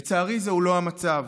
לצערי, זהו לא המצב.